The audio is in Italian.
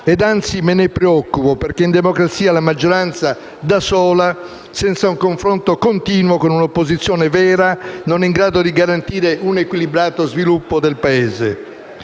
e anzi me ne preoccupo perché in democrazia la maggioranza da sola, senza un confronto continuo con un'opposizione vera, non è in grado di garantire un equilibrato sviluppo del Paese.